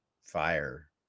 fire